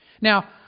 Now